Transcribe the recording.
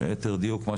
ליתר דיון,